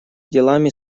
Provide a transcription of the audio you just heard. делами